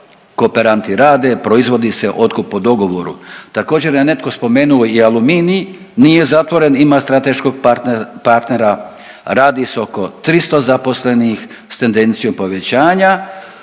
kooperanti rade, proizvodi se, otkup po dogovoru. Također je netko spomenuo i Aluminij, nije zatvoren ima strateškog partnera, radi se oko 300 zaposlenih s tendencijom povećanja,